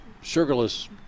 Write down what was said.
sugarless